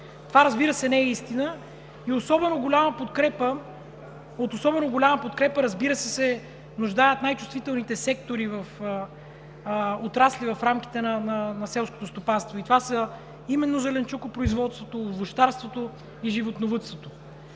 Това, разбира се, не е истина и от особено голяма подкрепа се нуждаят най чувствителните сектори в отрасли в рамките на селското стопанство, а именно зеленчукопроизводството, овощарството и животновъдството.